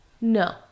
No